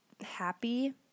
happy